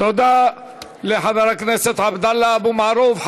תודה לחבר הכנסת עבדאללה אבו מערוף.